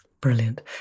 Brilliant